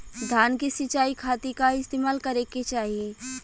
धान के सिंचाई खाती का इस्तेमाल करे के चाही?